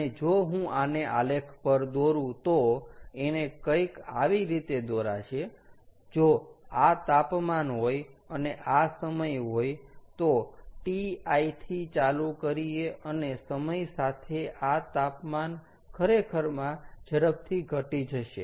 અને જો હું આને આલેખ પર દોરું તો એને કંઈક આવી રીતે દોરાશે જો આ તાપમાન હોય અને આ સમય હોય તો Ti થી ચાલુ કરીએ અને સમય સાથે આ તાપમાન ખરેખરમાં ઝડપથી ઘટી જશે